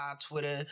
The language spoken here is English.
Twitter